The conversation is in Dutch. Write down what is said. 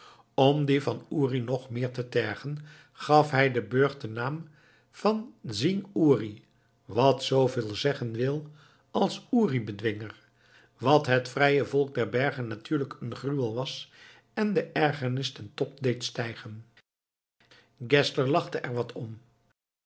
om die van uri nog meer te tergen gaf hij den burcht den naam van zwing uri wat zooveel zeggen wil als uri bedwinger wat het vrije volk der bergen natuurlijk een gruwel was en de ergernis ten top deed stijgen geszler lachte er wat om